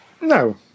No